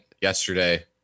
yesterday